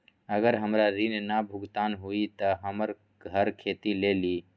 अगर हमर ऋण न भुगतान हुई त हमर घर खेती लेली?